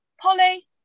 Polly